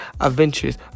Adventures